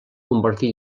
convertí